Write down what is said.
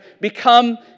become